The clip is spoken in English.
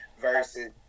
versus